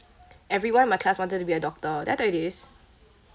everyone in my class wanted to be a doctor did I tell you this